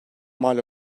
mal